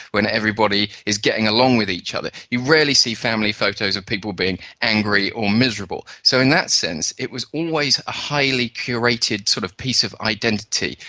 when everybody is getting along with each other. you rarely see family photos of people being angry or miserable. so in that sense it was always a highly curated sort of piece of identity.